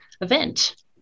event